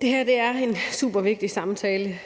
Det her er en super vigtig samtale.